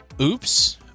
oops